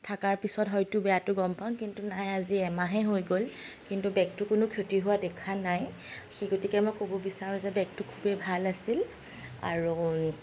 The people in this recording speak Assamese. থকাৰ পিছত হয়টো বেয়াটো গম পাম কিন্তু নাই আজি এমাহেই হৈ গ'ল কিন্তু বেগটো কোনো ক্ষতি হোৱা দেখা নাই সেই গতিকে মই ক'ব বিচাৰো যে বেগটো খুবেই ভাল আছিল আৰু